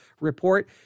Report